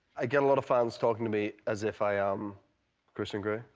i get a lot of fans talking to me as if i am christian grey.